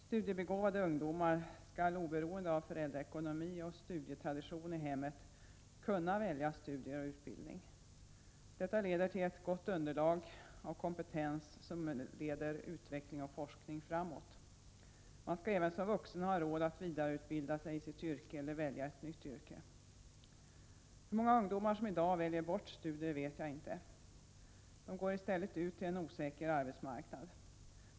Studiebegåvade ungdomar skall oberoende av föräldraekonomi och studietradition i hemmet kunna välja studier och utbildning. Detta leder till ett gott underlag av kompetens som för utveckling och forskning framåt. Man skall även som vuxen ha råd att vidareutbilda sig i sitt yrke eller välja ett nytt yrke. Hur många ungdomar som i dag väljer bort studier vet jag inte. De går i stället ut till en osäker arbetsmarknad.